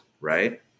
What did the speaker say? Right